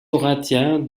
corinthien